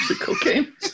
cocaine